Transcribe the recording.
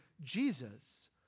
Jesus